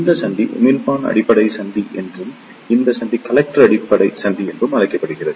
இந்த சந்தி உமிழ்ப்பான் அடிப்படை சந்தி என்றும் இந்த சந்தி கலெக்டர் அடிப்படை சந்தி என்றும் அழைக்கப்படுகிறது